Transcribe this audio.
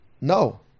no